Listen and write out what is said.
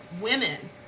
women